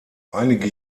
einige